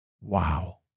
Wow